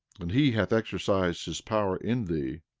and he hath exercised his power in thee.